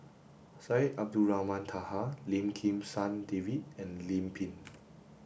Syed Abdulrahman Taha Lim Kim San David and Lim Pin